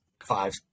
five